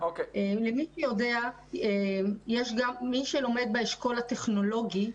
יש גם מי שלומד באשכול הטכנולוגי,